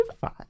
Five